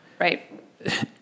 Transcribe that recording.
Right